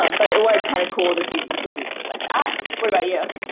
um but it was kind of cool to see that you could do things like that. what about you?